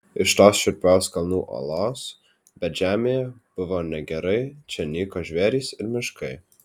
iš tos šiurpios kalnų uolos bet žemėje buvo negerai čia nyko žvėrys ir miškai